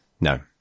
no